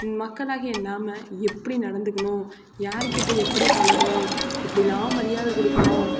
மக்களாகிய நாம் எப்படி நடந்துக்கணும் யாருகிட்டே எப்படி பழகணும் எப்படிலா மரியாதை கொடுக்கணும்